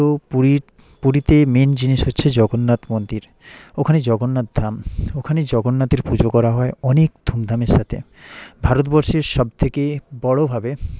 তো পুরীর পুরীতে মেন জিনিস হচ্ছে জগন্নাথ মন্দির ওখানে জগন্নাথ ধাম ওখানে জগন্নাথের পুজো করা হয় অনেক ধুমধামের সাথে ভারতবর্ষের সবথেকে বড়োভাবে